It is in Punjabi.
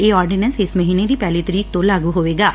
ਇਹ ਆਰਡੀਨੈਸ ਇਸ ਮਹੀਨੇ ਦੀ ਪਹਿਲੀ ਤਰੀਕ ਤੋ ਲਾਗੁ ਹੋਣਗੇ